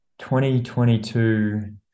2022